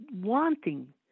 wanting